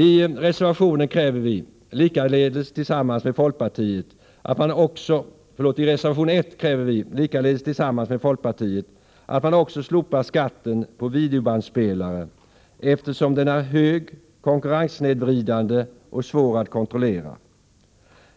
I reservation 1 kräver vi, likaledes tillsammans med folkpartiet, att man också slopar skatten på videobandspelare, eftersom den är hög, konkurrenssnedvridande och svår att kontrollera.